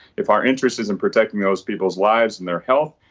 if our interest is in protecting those people's lives and their health.